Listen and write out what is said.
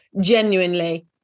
genuinely